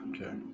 okay